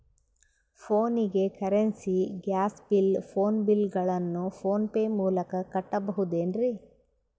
ಫೋನಿಗೆ currency, gas bill, phone bill ಗಳನ್ನು PhonePe ಮೂಲಕ ಕಟ್ಟಬಹುದೇನ್ರಿ?